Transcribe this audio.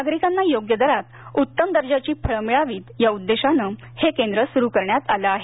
नागरिकांना योग्य दरात उत्तम दर्जाची फळं मिळावीत या उद्देशाने हे केंद्र सुरु करण्यात आलं आहे